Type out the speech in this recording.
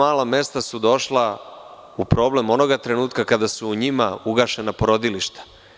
Ova mala mesta su došla u problem onoga trenutka kada su u njima ugašena porodilišta.